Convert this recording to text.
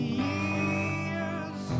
years